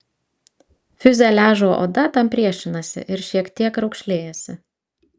fiuzeliažo oda tam priešinasi ir šiek tiek raukšlėjasi